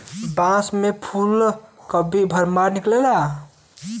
बांस में फुल कभी कभार निकलेला